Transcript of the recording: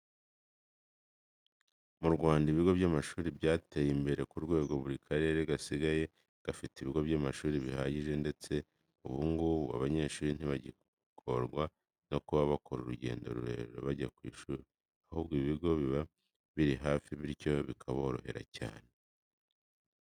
Mu Rwanda ibigo by'amashuri byateye imbere ku rwego buri karere gasigaye gafite ibigo by'amashuri bihagije ndetse ubu ngubu abanyeshuri ntibakigorwa no kuba bakora urugendo rurerure bajya ku ishuri, ahubwo ibigo biba biri hafi bityo bikaborohera cyane.